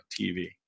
TV